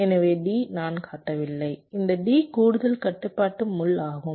எனவே D நான் காட்டவில்லை இந்த D கூடுதல் கட்டுப்பாட்டு முள் ஆகும்